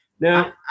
now